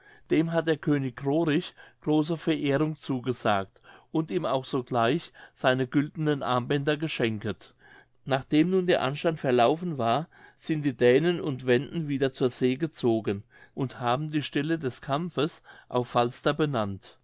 dem hat der könig rorich große verehrung zugesagt und ihm auch sogleich seine güldenen armbänder geschenket nachdem nun der anstand verlaufen war sind die dänen und wenden wieder zur see gezogen und haben die stelle des kampfes auf falster benannt